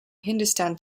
hindustan